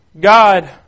God